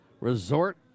Resort